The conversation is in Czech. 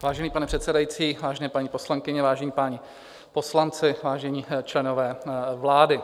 Vážený pane předsedající, vážené paní poslankyně, vážení páni poslanci, vážení členové vlády.